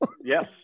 Yes